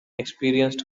experienced